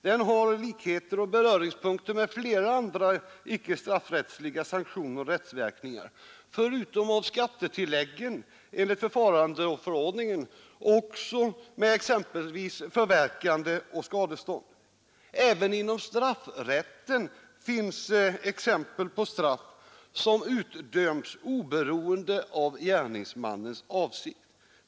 Den har likheter och beröringspunkter med flera andra icke straffrättsliga sanktioner och rättsverkningar, förutom av skattetilläggen enligt förfarandeförordningen också med exempelvis förverkande och skadestånd. Även inom straffrätten finns exempel på straff som utdöms oberoende av gärningsmannens avsikt.